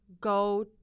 go